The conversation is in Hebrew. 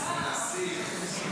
איזה נסיך.